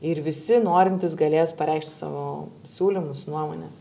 ir visi norintys galės pareikšti savo siūlymus nuomones